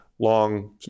long